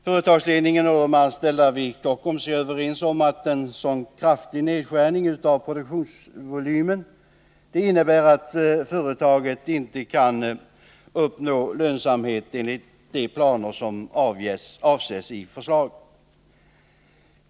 Företagsledningen och de anställda vid Kockums är överens om att en så kraftig nedskärning av produktionsvolymen innebär att företaget inte kan uppnå lönsamhet enligt de planer som avses i förslaget.